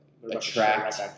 attract